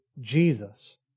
Jesus